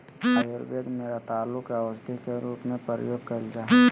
आयुर्वेद में रतालू के औषधी के रूप में प्रयोग कइल जा हइ